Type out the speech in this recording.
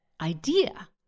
idea